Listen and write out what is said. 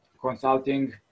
consulting